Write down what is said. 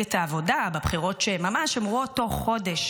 מפלגת העבודה בבחירות שממש היו אמורות תוך חודש